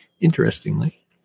Interestingly